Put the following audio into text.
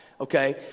okay